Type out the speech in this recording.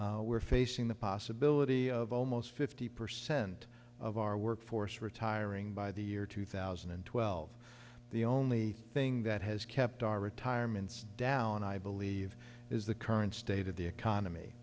we're facing the possibility of almost fifty percent of our workforce retiring by the year two thousand and twelve the only thing that has kept our retirements down i believe is the current state of the economy